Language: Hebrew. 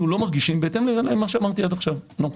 אנחנו